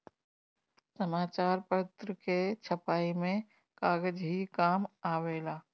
समाचार पत्र के छपाई में कागज ही काम आवेला